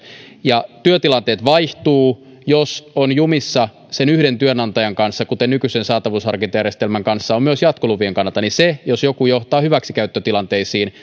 vain kohtaa työtilanteet vaihtuvat ja jos on jumissa sen yhden työnantajan kanssa kuten nykyisen saatavuusharkintajärjestelmän kanssa on myös jatkolupien kannalta niin se jos mikä johtaa hyväksikäyttötilanteisiin